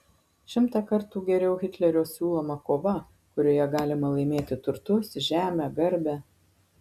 šimtą kartų geriau hitlerio siūloma kova kurioje galima laimėti turtus žemę garbę